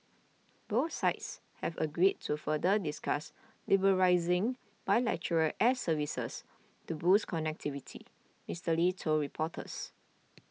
both sides have agreed to further discuss liberalising bilateral air services to boost connectivity Mister Lee told reporters